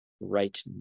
right